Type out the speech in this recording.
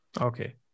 Okay